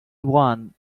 one